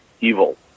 evil